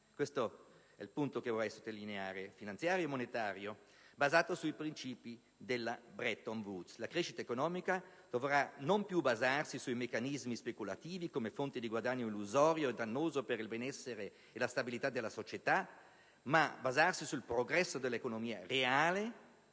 (questo il punto che vorrei sottolineare), basato sui principi della Bretton Woods. La crescita economica dovrà non più basarsi sui meccanismi speculativi come fonte di guadagno illusorio e dannoso per il benessere e la stabilità della società, ma basarsi sul progresso dell'economia reale